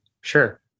Sure